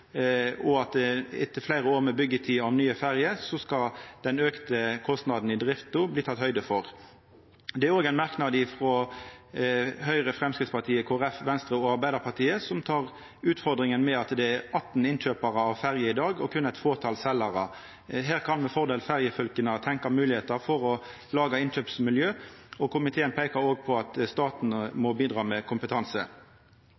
anbod. Og etter fleire år med byggjetid av nye ferjer, skal den auka kostnaden i drifta bli teke høgd for. Det er òg ein merknad frå Høgre, Framstegspartiet, Kristeleg Folkeparti, Venstre og Arbeidarpartiet som tek opp utfordringa med at det er 18 innkjøparar av ferjer i dag og berre eit fåtal seljarar. Her kan med fordel ferjefylka tenkja på å laga innkjøpsmiljø, og komiteen peikar på at staten